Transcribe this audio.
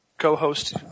co-host